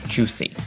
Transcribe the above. Juicy